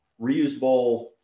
reusable